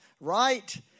right